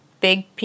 big